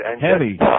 Heavy